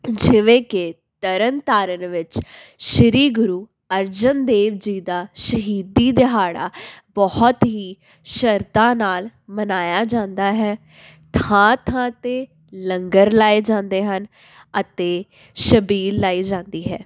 ਜਿਵੇਂ ਕਿ ਤਰਨ ਤਾਰਨ ਵਿੱਚ ਸ਼੍ਰੀ ਗੁਰੂ ਅਰਜਨ ਦੇਵ ਜੀ ਦਾ ਸ਼ਹੀਦੀ ਦਿਹਾੜਾ ਬਹੁਤ ਹੀ ਸ਼ਰਧਾ ਨਾਲ ਮਨਾਇਆ ਜਾਂਦਾ ਹੈ ਥਾਂ ਥਾਂ 'ਤੇ ਲੰਗਰ ਲਾਏ ਜਾਂਦੇ ਹਨ ਅਤੇ ਛਬੀਲ ਲਾਈ ਜਾਂਦੀ ਹੈ